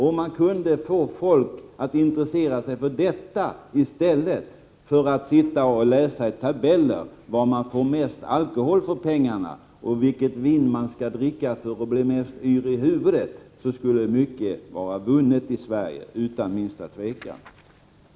Om man kunde få folk att intressera sig för detta i stället för att läsa i tabeller var man får mest alkohol för pengarna, och vilket vin man skall dricka för att bli mest yr i huvudet, så skulle mycket vara vunnet i Sverige — utan minsta tvivel.